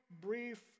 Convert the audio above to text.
brief